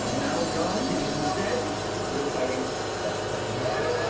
now gone, because instead you are fighting that carpet.